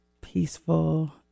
peaceful